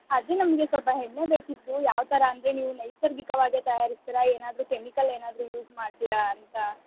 ಅದೇ ನಮಗೆ ಸ್ವಲ್ಪ ಎಣ್ಣೆ ಬೇಕಿತ್ತು ಯಾವ ಥರ ಅಂದರೆ ನೀವು ನೈಸರ್ಗಿಕವಾಗೇ ತಯಾರಿಸ್ತೀರಾ ಏನಾದ್ರೂ ಕೆಮಿಕಲ್ ಏನಾದ್ರೂ ಯೂಸ್ ಮಾಡ್ತೀರಾ ಅಂತ